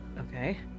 Okay